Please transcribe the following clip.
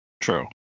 true